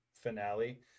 finale